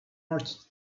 art